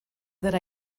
that